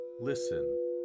listen